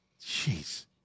Jeez